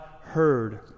heard